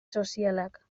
sozialak